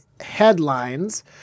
headlines